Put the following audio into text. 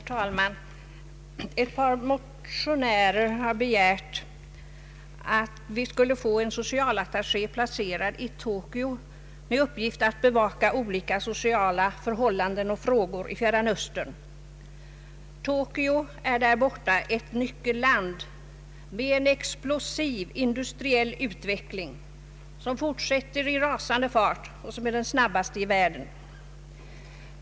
Herr talman! Ett par motionärer har begärt att en socialattaché skulle place ras i Tokyo med uppgift att bevaka olika sociala förhållanden och frågor i Fjärran Östern. Japan är där borta ett nyckelland med en explosiv industriell utveckling som fortsätter i rasande fart och som är den snabbaste i världen.